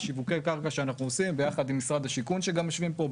שיווקי קרקע שאנחנו עושים ביחד עם משרד השיכון שגם יושבים פה,